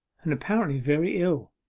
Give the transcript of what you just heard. and apparently very ill.